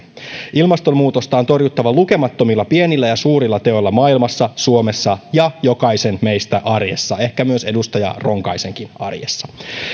ilmastonmuutosta on torjuttava lukemattomilla pienillä ja suurilla teoilla maailmassa suomessa ja jokaisen meistä arjessa ehkä myös edustaja ronkaisenkin arjessa